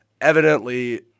evidently